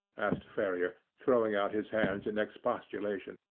asked ferrier, throwing out his hands in expostulation.